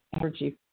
energy